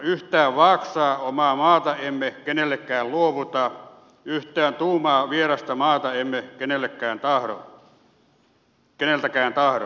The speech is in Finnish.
yhtään vaaksaa omaa maata emme kenellekään luovuta yhtään tuumaa vierasta maata emme keneltäkään tahdo